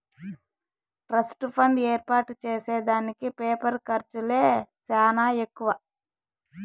trust fund ఏర్పాటు చేసే దానికి పేపరు ఖర్చులే సానా ఎక్కువ